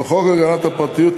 או חוק הגנת הפרטיות,